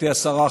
גברתי השרה,